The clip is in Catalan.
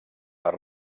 per